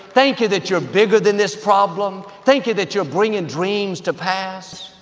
thank you that you're bigger than this problem. thank you that you're bringing dreams to pass.